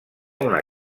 una